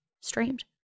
streamed